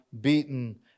beaten